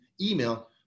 email